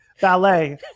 ballet